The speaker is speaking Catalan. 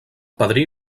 padrí